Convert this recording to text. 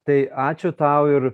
tai ačiū tau ir